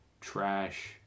trash